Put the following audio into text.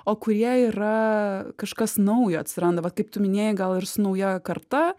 o kurie yra kažkas naujo atsiranda vat kaip tu minėjai gal ir su nauja karta